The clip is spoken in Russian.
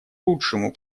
лучшему